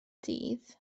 dydd